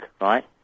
right